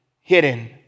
hidden